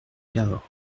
cahors